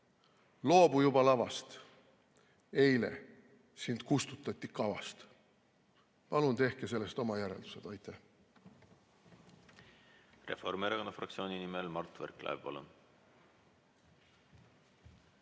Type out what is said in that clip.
loobu juba lavast, eile sind kustutati kavast." Palun tehke sellest oma järeldused. Aitäh! Reformierakonna fraktsiooni nimel Mart Võrklaev, palun!